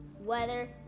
weather